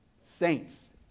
saints